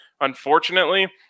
unfortunately